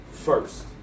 First